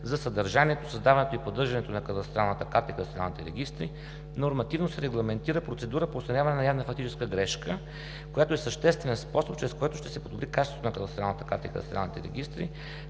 за съдържанието, създаването и поддържането на кадастралната карта и кадастралните регистри, нормативно се регламентира процедура по отстраняване на явна фактическа грешка, която е съществен способ, чрез който ще се подобри качеството на кадастралната карта и кадастралните регистри